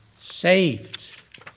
saved